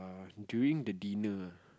during the dinner ah